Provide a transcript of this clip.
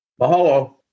Mahalo